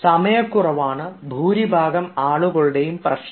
സമയകുറവാണ് ഭൂരിഭാഗം ആളുകളുടേയും പ്രശ്നം